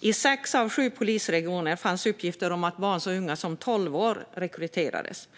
I sex av sju polisregioner fanns uppgifter om att barn så unga som tolv år rekryterades.